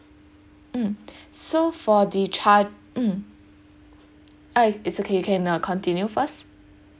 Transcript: mm so for the child mm I it's okay you can uh continue first